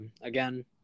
Again